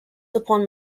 upon